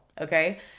okay